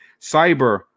Cyber